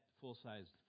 full-sized